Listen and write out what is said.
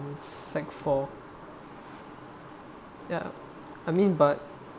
in sec four ya I mean but